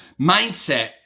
mindset